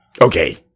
Okay